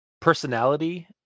personality